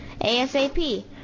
ASAP